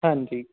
ਹਾਂਜੀ